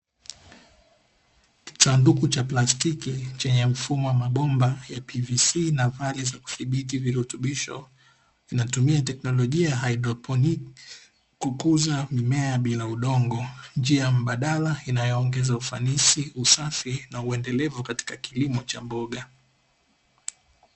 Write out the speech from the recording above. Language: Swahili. Sanduku cha plastiki chenye mfumo wa mabomba ya ''PVC'' na vali za kudhibiti virutubisho, inatumia teknolojia haidroponi kukuza mimea ya bila udongo, kwa njia mbadala inayoongeza ufanisi, usafi na uendelevu katika kilimo cha mboga.